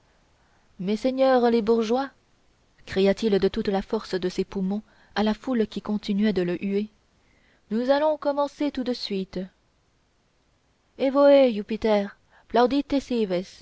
messeigneurs les bourgeois cria-t-il de toute la force de ses poumons à la foule qui continuait de le huer nous allons commencer tout de suite